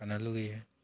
थानो लुगैयो